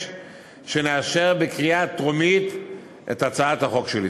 שנאשר בקריאה טרומית את הצעת החוק שלי.